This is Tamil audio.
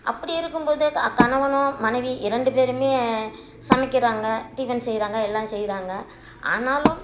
அப்படி இருக்கும்போது கணவனோ மனைவி இரண்டு பேருமே சமைக்கிறாங்க டிபன் செய்கிறாங்க எல்லாம் செய்கிறாங்க ஆனாலும்